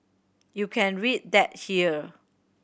you can read that here